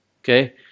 Okay